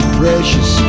precious